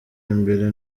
imbere